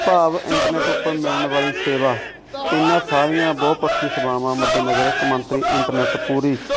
ਭਾਵ ਇੰਟਰਨੈੱਟ ਉੱਪਰ ਮਿਲਣ ਵਾਲੀ ਸੇਵਾ ਇਨ੍ਹਾਂ ਸਾਰੀਆਂ ਬਹੁ ਪੱਖੀ ਸੇਵਾਵਾਂ ਮੱਦੇਨਜ਼ਰ ਕੌਮਾਂਤਰੀ ਇੰਟਰਨੈੱਟ ਪੂਰੀ